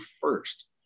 first